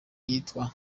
yitwa